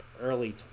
early